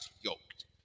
yoked